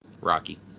Rocky